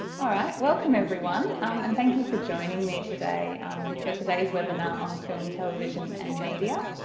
alright welcome everyone um and thank you for joining me today um for today's webinar on film, television and media.